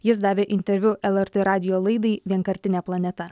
jis davė interviu lrt radijo laidai vienkartinė planeta